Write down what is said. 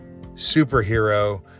superhero